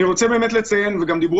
אני רוצה לציין שזאת